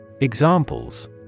Examples